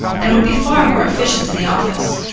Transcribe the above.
and would be far more efficient in the office.